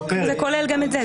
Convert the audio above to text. זה כולל גם את זה.